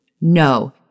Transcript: No